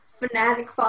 fanatic